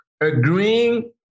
agreeing